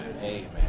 Amen